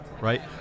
right